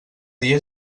dia